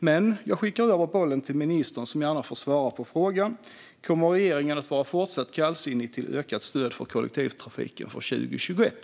Men jag skickar över bollen till ministern som gärna får svara på frågan: Kommer regeringen att vara fortsatt kallsinnig till ökat stöd för kollektivtrafiken för 2021?